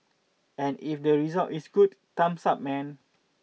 and if the result is good thumbs up man